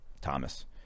thomas